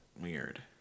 Weird